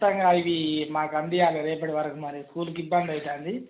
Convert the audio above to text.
ఖచ్చితంగా ఇవి మాకు అందియ్యాలి రేపటి వరకు మరి స్కూల్కి ఇబ్బంది అవుతోంది